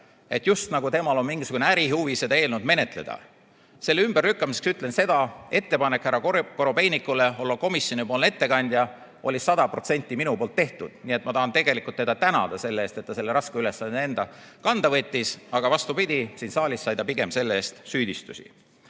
et just nagu temal on mingisugune ärihuvi seda eelnõu menetleda. Selle ümberlükkamiseks ütlen, et ettepanek härra Korobeinikule olla komisjoni ettekandja oli sada protsenti minu tehtud, nii et ma tahan tegelikult teda tänada selle eest, et ta selle raske ülesande enda kanda võttis. Aga vastupidi, siin saalis sai ta pigem selle eest süüdistusi. Head